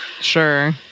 Sure